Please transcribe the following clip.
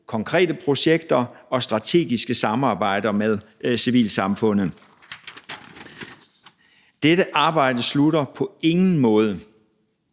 konkrete projekter og strategiske samarbejder med civilsamfundet. Dette arbejde slutter på ingen måde,